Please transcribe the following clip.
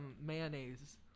mayonnaise